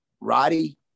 Roddy